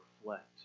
reflect